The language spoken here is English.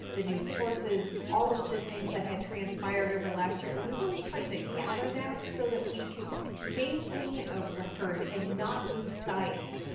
the new courses, all of the things that had transpired over last year, and we really tried to gather that so that we could maintain a record, and not lose sight